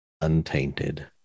untainted